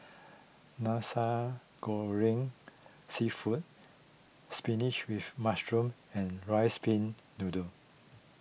Nasi Goreng Seafood Spinach with Mushroom and Rice Pin Noodles